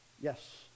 Yes